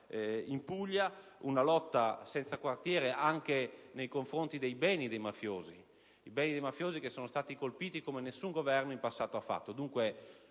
c'è stata una lotta senza quartiere anche nei confronti dei beni dei mafiosi, che sono stati colpiti come nessun Governo in passato ha fatto.